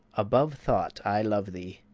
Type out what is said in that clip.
above thought i love thee.